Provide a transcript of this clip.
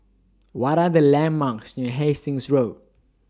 What Are The landmarks near Hastings Road